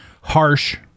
harsh